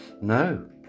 No